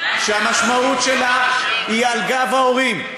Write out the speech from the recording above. שהמשמעות שלה היא על גב ההורים,